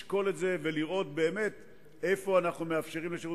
לשקול את זה ולראות באמת איפה אנחנו מאפשרים לשירות